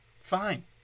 Fine